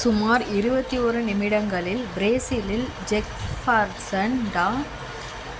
சுமார் இருபத்தி ஓரு நிமிடங்களில் ப்ரேசிலில் ஜெஃபர்சன்டா